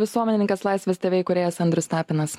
visuomenininkas laisvės tv įkūrėjas andrius tapinas